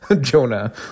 Jonah